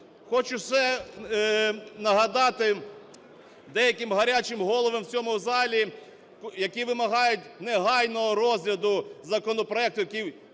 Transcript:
Хочу ще нагадати деяким гарячим головам в цьому залі, які вимагають негайного розгляду законопроекту,